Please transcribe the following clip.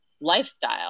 lifestyle